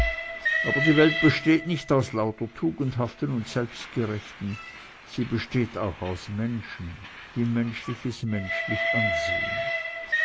aber die welt besteht nicht aus lauter tugendhaften und selbstgerechten sie besteht auch aus menschen die menschliches menschlich ansehen